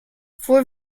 for